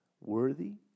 worthy